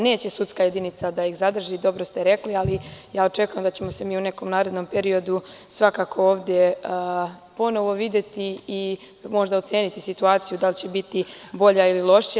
Neće sudska jedinica da ih zadrži, dobro ste rekli, ali očekujem da ćemo se mi u nekom narednom periodu svakako ovde ponovo videti i možda oceniti situaciju, da li će biti bolja ili lošija.